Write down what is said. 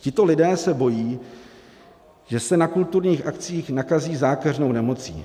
Tito lidé se bojí, že se na kulturních akcích nakazí zákeřnou nemocí.